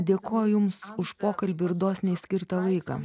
dėkoju jums už pokalbį ir dosniai skirtą laiką